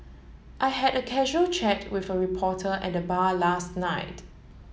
I had a casual chat with a reporter at the bar last night